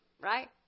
Right